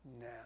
now